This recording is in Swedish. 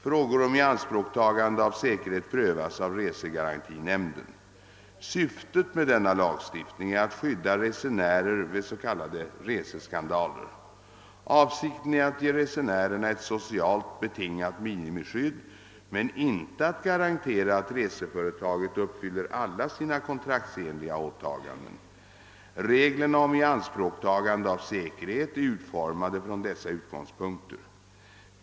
Frågor om ianspråktagande av säkerhet prövas av resegarantinämnden. Syftet med denna lagstiftning är att skydda resenärer vid s.k. reseskandaler. Avsikten är att ge resnärerna ett socialt betingat minimiskydd men inte att garantera, att reseföretaget uppfyller alla sina kontraktsenliga åtaganden. Reglerna om ianspråktagande av säkerhet är utformade från dessa utgångspunkter.